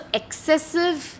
excessive